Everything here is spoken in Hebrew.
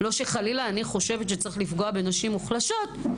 לא שחלילה אני חושבת שצריך לפגוע בנשים מוחלשות,